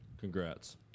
Congrats